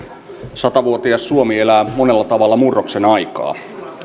satavuotias suomi elää monella tavalla murroksen aikaa